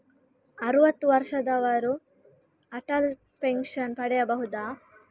ಅರುವತ್ತು ವರ್ಷದವರು ಅಟಲ್ ಪೆನ್ಷನ್ ಪಡೆಯಬಹುದ?